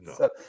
No